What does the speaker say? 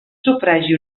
sufragi